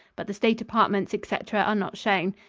but the state apartments, etc, are not shown.